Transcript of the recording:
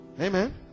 Amen